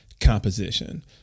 composition